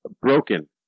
broken